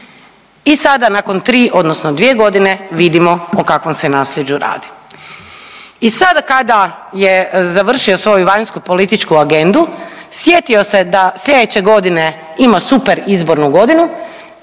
i sada nakon tri odnosno dvije godine vidimo o kakvom se nasljeđu radi. I sada kad je završio svoju vanjskopolitičku agendu sjetio se da sljedeće godine ima super izbornu godinu